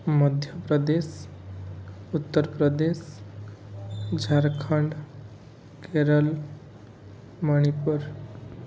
Madhya Pradesh Uttar Pradesh Jharkhand Kerala Manipur